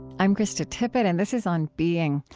i'm krista tippett, and this is on being.